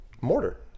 Mortar